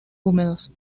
húmedos